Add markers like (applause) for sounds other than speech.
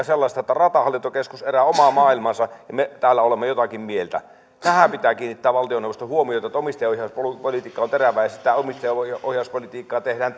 (unintelligible) sellaista että ratahallintokeskus elää omaa maailmaansa ja me täällä olemme jotakin mieltä tähän pitää kiinnittää valtioneuvoston huomiota että omistajaohjauspolitiikka on terävää ja sitä omistajaohjauspolitiikkaa tehdään (unintelligible)